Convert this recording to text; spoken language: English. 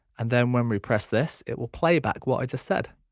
and then when we press this it will play back what i just said.